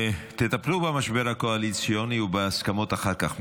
תטפלו במשבר הקואליציוני ובהסכמות אחר כך.